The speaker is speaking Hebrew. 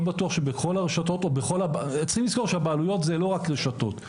לא בטוח שבכל הרשתות או בכל צריכים לזכור שהבעלויות זה לא רק רשתות,